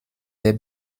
der